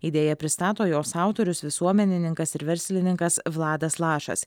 idėją pristato jos autorius visuomenininkas ir verslininkas vladas lašas